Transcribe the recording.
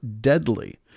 deadly